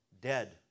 dead